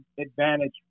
advantage